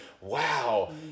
Wow